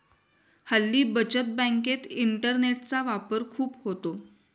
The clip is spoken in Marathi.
हल्ली बचत बँकेत इंटरनेटचा वापर खूप होतो